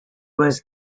was